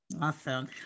Awesome